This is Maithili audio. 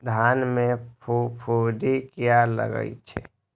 धान में फूफुंदी किया लगे छे?